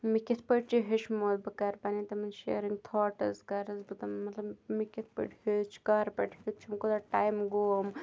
مےٚ کِتھ پٲٹھۍ چھِ ہیٚچھمُت بہٕ کَرٕ پَنٕنۍ تِمَن شِیَر یِم تھاٹٕس کَرَس بہٕ تِم مطلب مےٚ کِتھ پٲٹھۍ ہیوٚچھ کَر پٮ۪ٹھ ہیٚچھُم کوٗتاہ ٹایم گوٚو